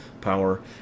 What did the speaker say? power